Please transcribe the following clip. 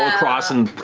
across and